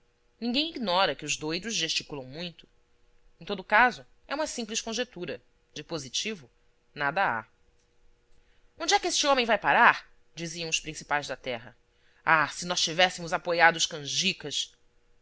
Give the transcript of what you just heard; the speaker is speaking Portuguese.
ninguém ignora que os doidos gesticulam muito em todo caso é uma simples conjetura de positivo nada há onde é que este homem vai parar diziam os principais da terra ah se nós tivéssemos apoiado os canjicas